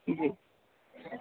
جی